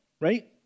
right